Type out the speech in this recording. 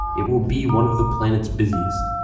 it will be one of the planet's busiest.